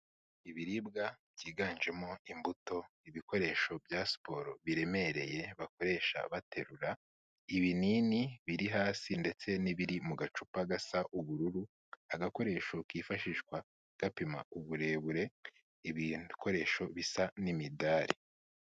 Ibiribwa byiganjemo imbuto, ibikoresho bya siporo biremereye bakoresha baterura ibinini biri hasi ndetse n'ibiri mu gacupa gasa ubururu, agakoresho kifashishwa gapima uburebure, ibikoresho bisa n'imidari.